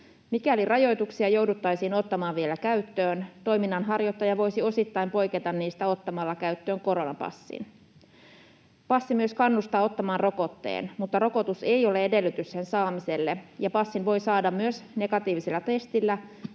Mikäli rajoituksia jouduttaisiin ottamaan vielä käyttöön, toiminnanharjoittaja voisi osittain poiketa niistä ottamalla käyttöön koronapassin. Passi myös kannustaa ottamaan rokotteen, mutta rokotus ei ole edellytys sen saamiselle, ja passin voi saada myös negatiivisella testillä